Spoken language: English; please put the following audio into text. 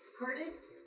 Curtis